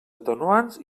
atenuants